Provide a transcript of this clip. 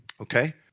okay